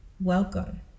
welcome